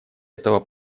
этого